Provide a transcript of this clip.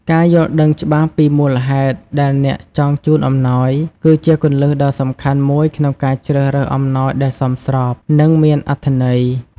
ការយល់ដឹងច្បាស់ពីមូលហេតុដែលអ្នកចង់ជូនអំណោយ គឺជាគន្លឹះដ៏សំខាន់មួយក្នុងការជ្រើសរើសអំណោយដែលសមស្រប និងមានអត្ថន័យ។